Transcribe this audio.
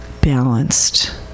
balanced